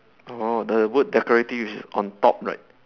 oh the word decorative is on top right